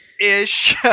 Ish